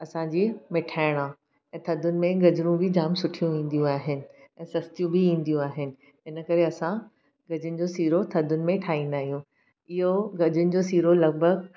असांजी मीठाइण आहे थधि में गजरूं बि जाम सुठियूं ईंदियूं आहिनि ऐं सस्तियूं बि ईंदियूं आहिनि इनकरे असां गॼरुनि जो सीरो थधिनि में ठाहींदा आहियूं इहो गजरुनि जो सीरो लॻभॻि